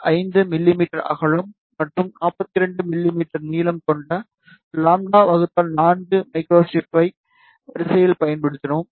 5 மிமீ அகலம் மற்றும் 42 மிமீ நீளம் கொண்ட λ 4 மைக்ரோஸ்ட்ரிப் வரிசையில் பயன்படுத்தினோம்